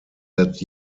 that